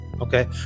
okay